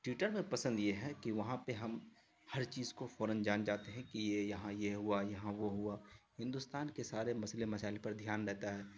Twitter میں پسند یہ ہے کہ وہاں پہ ہم ہر چیز کو فوراً جان جاتے ہیں کہ یہ یہاں یہ ہوا یہاں وہ ہوا ہندوستان کے سارے مسئلے مسائل پر دھیان رہتا ہے